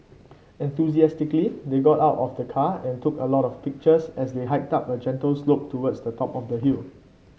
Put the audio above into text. enthusiastically they got out of the car and took a lot of pictures as they hiked up a gentle slope towards the top of the hill